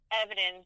evidence